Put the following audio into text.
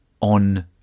on